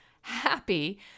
happy